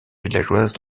villageoise